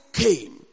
came